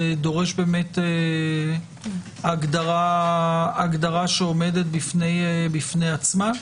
זה דורש הגדרה שעומדת בפני עצמה?